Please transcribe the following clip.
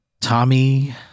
Tommy